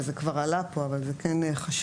וזה כבר עלה פה אבל זה כן חשוב,